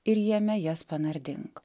ir jame jas panardink